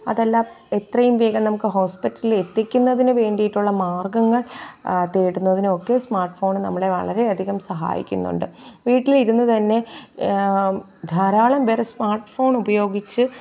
അതല്ല എത്രയും വേഗം നമുക്ക് ഹോസ്പിറ്റലെത്തിക്കുന്നതിന് വേണ്ടിയിട്ടുള്ള മാർഗ്ഗങ്ങൾ തേടുന്നതിനുമൊക്കെ സ്മാർട്ട് ഫോണ് വളരെയധികം സഹായിക്കുന്നുണ്ട് വീട്ടിലിരുന്ന് തന്നെ ധാരാളം പേർ സ്മാർട്ട് ഫോണുപയോഗിച്ച്